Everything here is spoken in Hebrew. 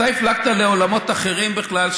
אתה הפלגת לעולמות אחרים בכלל,